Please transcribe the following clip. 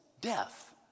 death